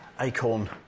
Acorn